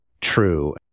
true